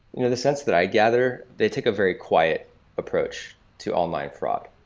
you know the sense that i gather, they take a very quiet approach to online fraud.